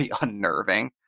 unnerving